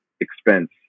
expense